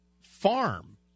farm